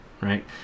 right